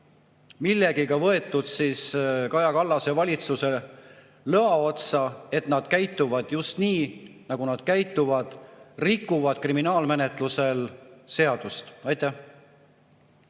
millegagi võetud Kaja Kallase valitsuse lõa otsa, kui nad käituvad just nii, nagu nad käituvad, rikuvad kriminaalmenetluses seadust. Aitäh